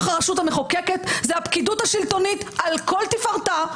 הרשות המחוקקת זה הפקידות השלטונית על כל תפארתה,